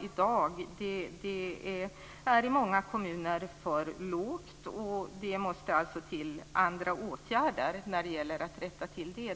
i dag är för lågt i många kommuner, och det måste alltså till andra åtgärder för att rätta till det.